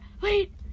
wait